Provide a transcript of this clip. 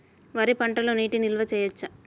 వరి పంటలో నీటి నిల్వ చేయవచ్చా?